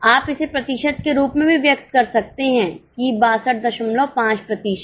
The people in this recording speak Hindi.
आप इसे प्रतिशत के रूप में भी व्यक्त कर सकते हैं कि 625 प्रतिशत